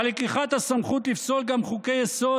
על לקיחת הסמכות לפסול גם חוקי-יסוד,